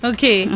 Okay